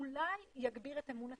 שאולי יגביר את אמון הציבור.